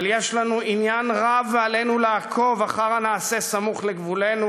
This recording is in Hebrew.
אבל יש לנו עניין רב ועלינו לעקוב אחר הנעשה סמוך לגבולנו,